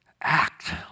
act